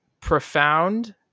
profound